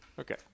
Okay